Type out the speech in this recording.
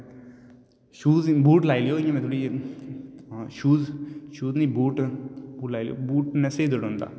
shoes boot लाई लोऔ इन्ना थोह्ड़ी शूज नेई बूट लाई लैओ बूटें कन्नै स्हेई दडौंदा